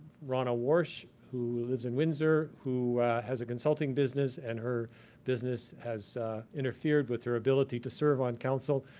ronna warsh who lives in windsor, who has a consulting business and her business has interfered with her ability to serve on council,